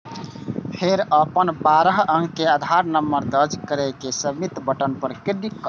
फेर अपन बारह अंक के आधार नंबर दर्ज कैर के सबमिट बटन पर क्लिक करू